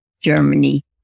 Germany